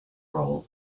role